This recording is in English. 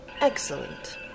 Excellent